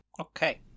Okay